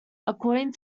according